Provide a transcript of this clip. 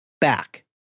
back